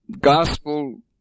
gospel